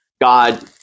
God